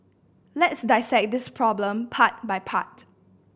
let's dissect this problem part by part